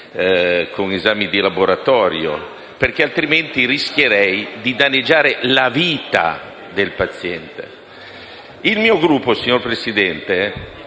Il mio Gruppo, signor Presidente,